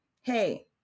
hey